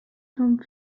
home